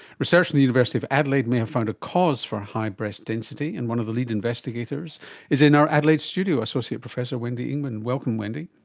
research at the university of adelaide may have found a cause for high breast density, and one of the lead investigators is in our adelaide studio, associate professor wendy ingman. welcome wendy.